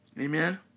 Amen